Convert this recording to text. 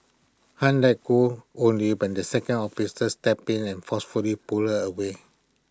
han let go only when the second officer stepped in and forcefully pulled her away